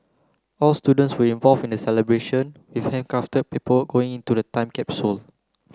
all students were involve in the celebration with handcrafted paperwork going into the time capsule